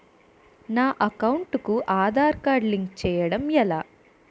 నా అకౌంట్ కు Aadhaar card link చేయడం ఎలా?